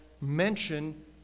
mention